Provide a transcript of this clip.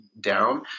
down